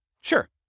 Sure